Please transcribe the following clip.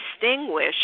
distinguish